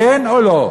כן או לא?